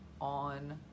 On